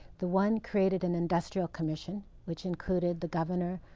the one created an industrial commission which included the governor,